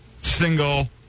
single